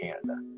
Canada